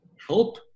help